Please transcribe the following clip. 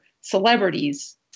celebrities